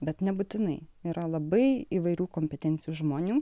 bet nebūtinai yra labai įvairių kompetencijų žmonių